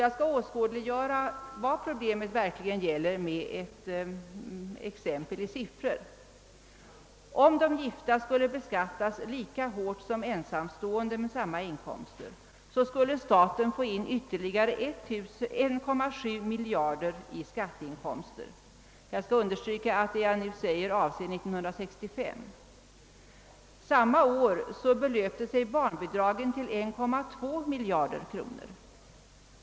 Jag skall åskådliggöra detta problem med några siffror. Om de gifta skulle beskattas lika hårt som ensamstående med samma inkomster skulle staten få in ytterligare 1,7 miljard i skatteinkomster. Jag vill understryka att det jag nu säger avser 1965. Samma år belöpte sig barnbidragen till 1,2 miljard kronor.